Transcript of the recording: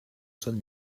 sant